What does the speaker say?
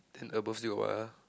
then above still got what ah